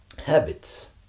habits